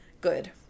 Good